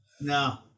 No